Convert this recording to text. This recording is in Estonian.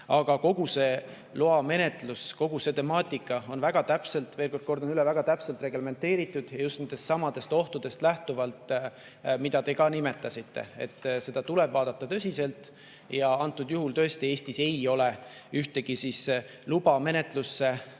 Aga kogu see loamenetlus, kogu see temaatika on väga täpselt – ma veel kord kordan, väga täpselt! – reglementeeritud just nendestsamadest ohtudest lähtuvalt, mida teie ka nimetasite. Seda tuleb vaadata tõsiselt. Antud juhul tõesti Eestis ei ole ühtegi luba menetlusse